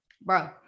bro